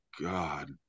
God